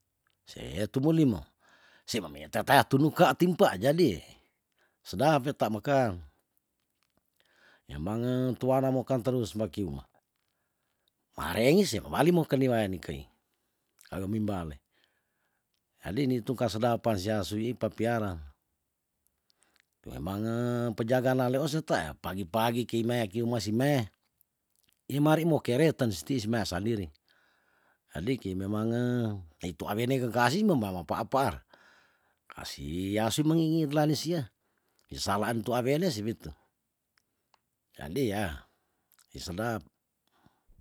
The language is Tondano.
Sea tumolimo semamea tetata tunuka timpa jadi sedap weta mekang yamange tuana mekan terus maki umah marengis simamali mokeni weaani kei kawemim bale jadi nitun ka sedapan si asui papiara memange pejagana leosetae pagi pagi kimei ki umah simei imari mo kereten stiis mea sandiri jadi kei memange tei tu awene kekasi membawa apa apa si asu mengingit laan sia kisalahan tua wene si witu jadi yah isedap